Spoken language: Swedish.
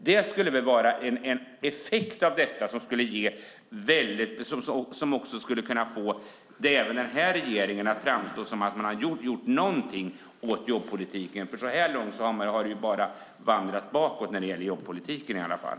Det skulle kunna vara en effekt av detta som finge det att framstå som att även den här regeringen gjort någonting åt jobbpolitiken. Så här långt har det bara vandrat bakåt när det gäller jobbpolitiken i alla fall.